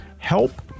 Help